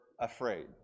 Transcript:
afraid